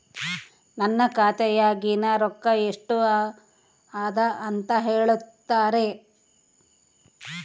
ನನ್ನ ಖಾತೆಯಾಗಿನ ರೊಕ್ಕ ಎಷ್ಟು ಅದಾ ಅಂತಾ ಹೇಳುತ್ತೇರಾ?